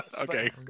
Okay